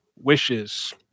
wishes